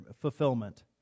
fulfillment